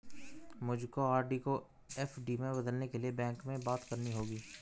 मुझको आर.डी को एफ.डी में बदलने के लिए बैंक में बात करनी होगी